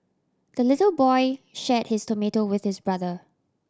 the little boy share his tomato with his brother